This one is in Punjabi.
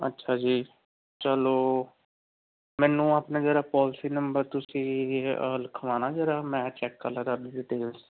ਅੱਛਾ ਜੀ ਚਲੋ ਮੈਨੂੰ ਆਪਣੇ ਜਰਾ ਪੋਲਿਸੀ ਨੰਬਰ ਤੁਸੀਂ ਅ ਲਿਖਵਾਉਣਾ ਜਰਾ ਮੈਂ ਚੈੱਕ ਡਿਟੇਲਜ਼